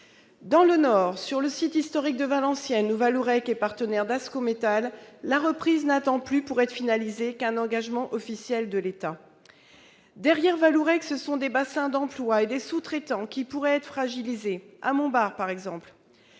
Dans le Nord, sur le site historique de Valenciennes, où Vallourec est partenaire d'Ascométal, la reprise n'attend plus, pour être finalisée, qu'un engagement officiel de l'État. Derrière Vallourec, ce sont des bassins d'emploi et des sous-traitants qui pourraient être fragilisés, à Montbard par exemple.